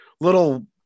little